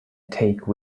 take